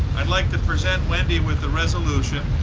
i'd like to present wendy with the resolution.